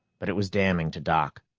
but it was damning to doc.